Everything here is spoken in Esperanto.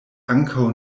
ankaŭ